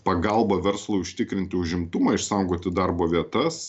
pagalbą verslui užtikrinti užimtumą išsaugoti darbo vietas